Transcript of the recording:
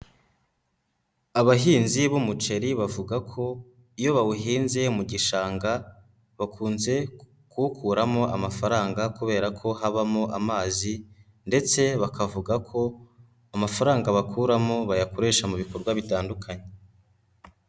Abahinzi b'umuceri bavuga ko iyo bawuhinze mu gishanga, bakunze kuwukuramo amafaranga kubera ko habamo amazi ndetse bakavuga ko amafaranga bakuramo bayakoresha mu bikorwa bitandukanye.